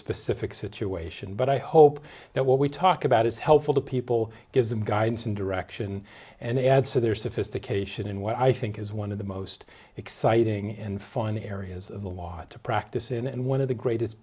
specific situation but i hope that what we talk about is helpful to people gives them guidance and direction and adds to their sophistication in what i think is one of the most exciting and fun areas of the law to practice in and one of the greatest